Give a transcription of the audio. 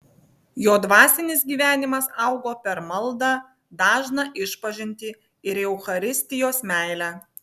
jo dvasinis gyvenimas augo per maldą dažną išpažintį ir eucharistijos meilę